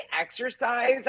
exercise